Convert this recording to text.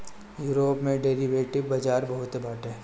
Europe में derivative बाजार बहुते बाटे